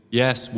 yes